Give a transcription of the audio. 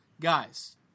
Guys